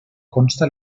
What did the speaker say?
consta